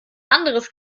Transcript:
anderes